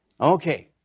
Okay